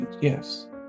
yes